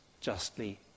justly